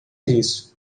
disso